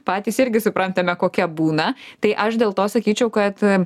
patys irgi suprantame kokia būna tai aš dėl to sakyčiau kad